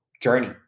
journey